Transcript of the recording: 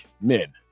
men